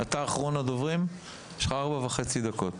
אתה אחרון הדוברים, יש לך ארבע וחצי דקות.